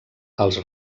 els